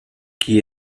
qui